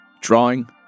Drawing